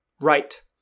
Right